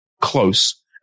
close